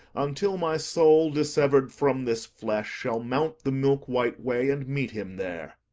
until my soul, dissever'd from this flesh, shall mount the milk-white way, and meet him there.